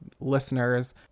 listeners